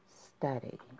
study